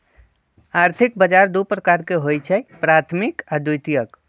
आर्थिक बजार दू प्रकार के होइ छइ प्राथमिक आऽ द्वितीयक